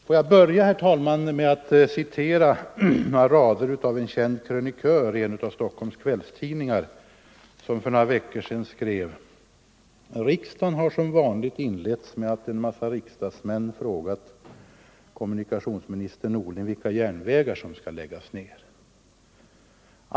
Får jag börja, herr talman, med att citera några rader av en känd krönikör i en av Stockholms kvällstidningar, som för några veckor sedan skrev: ”Riksdagen har som vanligt inletts med att en massa riksdagsmän frågat kommunikationsminister Norling vilka järnvägar som skall läggas ner.